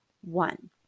One